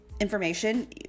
information